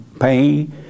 pain